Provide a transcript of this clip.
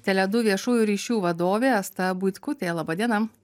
tele du viešųjų ryšių vadovė asta buitkutė laba diena